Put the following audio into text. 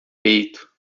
peito